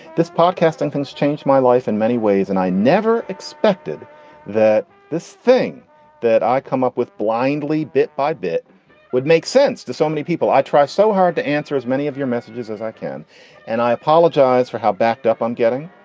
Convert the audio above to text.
this podcast and fans changed my life in many ways and i never expected that this thing that i come up with blindly bit by bit would make sense to so many people. i tried so hard to answer as many of your messages as i can and i apologize for how backed up i'm getting.